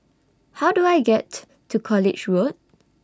How Do I get to College Road